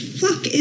fuck